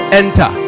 enter